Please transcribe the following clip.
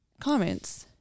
comments